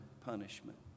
punishment